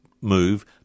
move